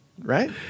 Right